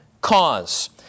cause